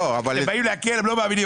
כשבאים להקל הם לא מאמינים,